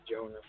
Jonah